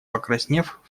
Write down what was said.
покраснев